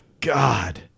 God